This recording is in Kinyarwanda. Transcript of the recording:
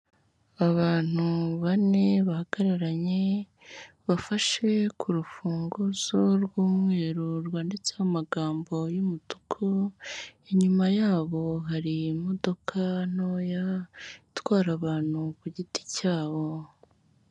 Abantu bane bahagararanye, bafashe ku rufunguzo rw'umweru rwanditseho amagambo y'umutuku, inyuma yabo hari imodoka ntoya itwara abantu ku giti cyabo.